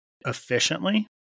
efficiently